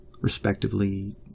respectively